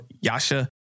Yasha